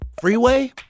Freeway